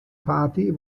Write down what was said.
party